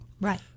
Right